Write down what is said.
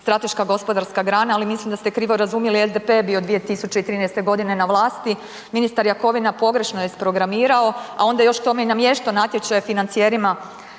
strateška gospodarska grana, ali mislim da ste krivo razumjeli SDP je bio 2013. godine na vlasti, ministar Jakovina pogrešno je isprogramirao, a onda još tome i namještao natječaje financijerima